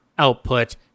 output